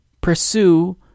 pursue